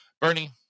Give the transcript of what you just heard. Bernie